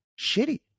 shitty